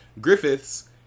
griffith's